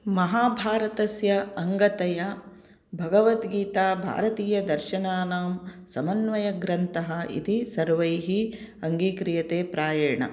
महाभारतस्य अङ्गतया भगवद्गीता भारतीयदर्शनानां समन्वयग्रन्थः इति सर्वैः अङ्गीक्रियते प्रायेण